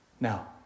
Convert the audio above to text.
now